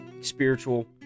spiritual